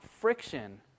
friction